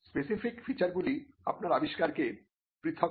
specific feature গুলি আপনার আবিষ্কারকে পৃথক করে